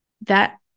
That-